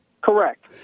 Correct